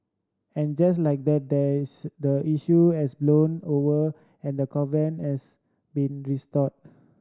and just like that the the issue has blown over and the covenant has been restored